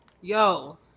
Yo